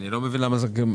אני לא מבין מה הפער.